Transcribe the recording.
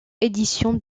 éditions